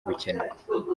gukena